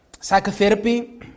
Psychotherapy